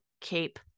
cape